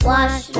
Wash